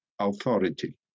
authority